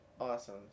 awesome